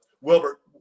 Wilbert